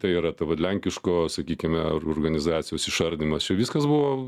tai yra ta va lenkiško sakykime organizacijos išardymas čia viskas buvo